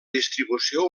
distribució